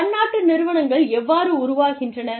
பன்னாட்டு நிறுவனங்கள் எவ்வாறு உருவாகின்றன